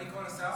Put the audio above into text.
אפשר לקרוא לשר?